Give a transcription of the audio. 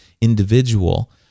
individual